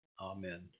Amen